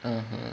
(uh huh)